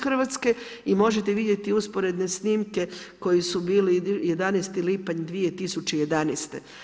Hrvatske i možete vidjeti usporedne snimke koje su bile 11. lipanj 2011.